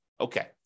Okay